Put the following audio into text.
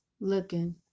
looking